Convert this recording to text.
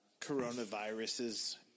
coronaviruses